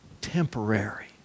temporary